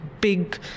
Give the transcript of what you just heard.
big